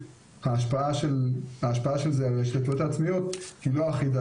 ההשפעה של זה על ההשתתפויות העצמיות היא לא אחידה,